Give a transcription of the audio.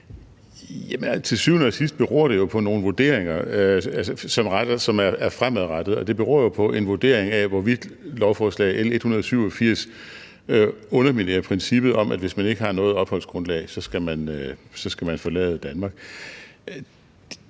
Til syvende og sidst beror det på nogle vurderinger, som er fremadrettede, og det beror jo på en vurdering af, hvorvidt lovforslag nr. L 187 underminerer princippet om, at hvis man ikke har noget opholdsgrundlag, skal man forlade Danmark.